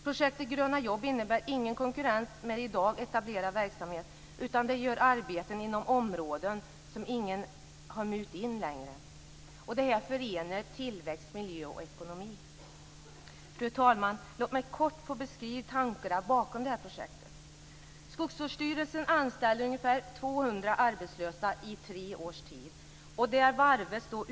Projektet Gröna jobb innebär ingen konkurrens med i dag etablerad verksamhet, utan det utför arbeten inom områden som ingen längre har mutat in. Det här förenar tillväxt, miljö och ekonomi. Fru talman! Låt mig kort få beskriva tankarna bakom det här projektet. Skogsvårdsstyrelsen anställer ungefär 200 arbetslösa i tre års tid.